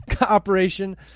operation